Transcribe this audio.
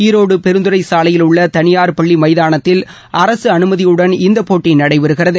ஈரோடு பெருந்துறை சாலையில் உள்ள தனியார் பள்ளி மைதானத்தில் அரசு அனுமதியுடன் இந்த போட்டி நடைபெறுகிறது